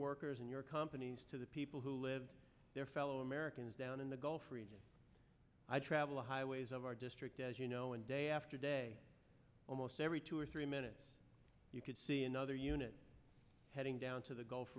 workers and your companies to the people who live there fellow americans down in the gulf region i travel highways of our district as you know and day after day almost every two or three minutes you could see another unit heading down to the gulf